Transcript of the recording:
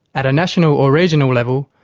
at a national or regional level,